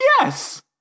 Yes